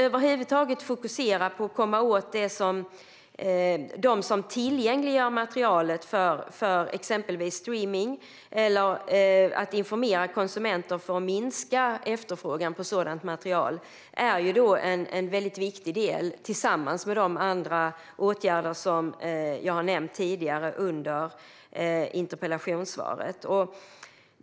Över huvud taget bör vi fokusera på att komma åt dem som tillgängliggör materialet för exempelvis streaming eller på att informera konsumenter för att minska efterfrågan på sådant material. Detta är en viktig del tillsammans med de andra åtgärder som jag har nämnt tidigare under interpellationsdebatten.